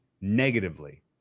negatively